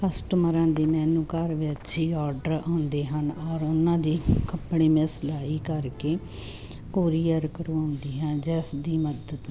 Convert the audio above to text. ਕਸਟਮਰਾਂ ਦੀ ਮੈਨੂੰ ਘਰ ਵਿੱਚ ਹੀ ਔਡਰ ਆਉਂਦੇ ਹਨ ਔਰ ਉਹਨਾਂ ਦੇ ਕੱਪੜੇ ਮੈਂ ਸਿਲਾਈ ਕਰਕੇ ਕੋਰੀਅਰ ਕਰਵਾਉਂਦੀ ਹਾਂ ਜਿਸਦੀ ਮਦਦ